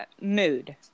mood